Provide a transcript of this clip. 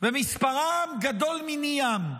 ומספרם גדול מני ים.